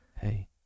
hey